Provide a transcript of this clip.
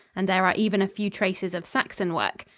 and there are even a few traces of saxon work.